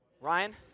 Ryan